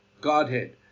Godhead